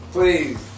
Please